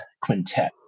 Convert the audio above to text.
quintet